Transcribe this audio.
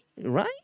Right